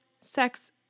sex